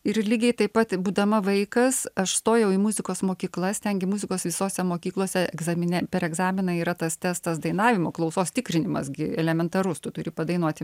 ir lygiai taip pat būdama vaikas aš stojau į muzikos mokyklas tengi muzikos visose mokyklose egzamine per egzaminą yra tas testas dainavimo klausos tikrinimas gi elementarus tu turi padainuoti